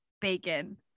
bacon